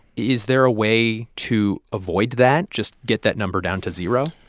is there a way to avoid that, just get that number down to zero?